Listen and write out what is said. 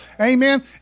Amen